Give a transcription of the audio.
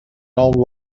nou